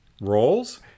Roles